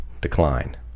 decline